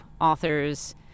authors